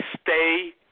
stay